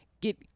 get